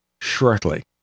shortly